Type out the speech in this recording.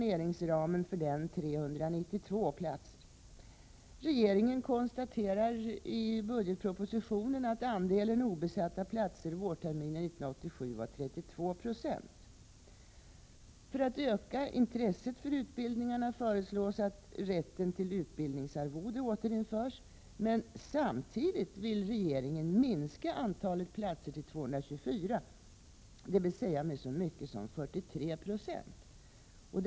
1987 var 32 90. För att öka intresset för utbildningarna föreslår den att rätten till utbildningsarvode återinförs. Men samtidigt vill regeringen minska antalet platser till 224, dvs. med så mycket som 43 96.